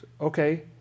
Okay